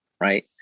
right